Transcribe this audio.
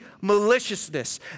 maliciousness